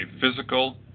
physical